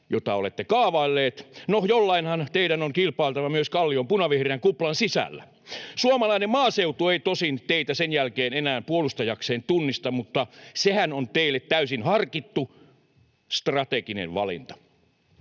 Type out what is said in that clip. mitä olette kaavailleet. No, jollainhan teidän on kilpailtava myös Kallion punavihreän kuplan sisällä. Suomalainen maaseutu ei tosin teitä sen jälkeen enää puolustajakseen tunnista, mutta sehän on teille täysin harkittu strateginen valinta.